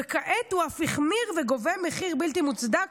וכעת הוא אף החמיר וגובה מחיר בלתי מוצדק,